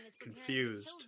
Confused